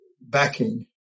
backing